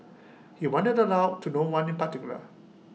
he wondered aloud to no one in particular